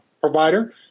provider